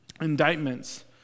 indictments